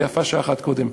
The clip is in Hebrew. ויפה שעה אחת קודם.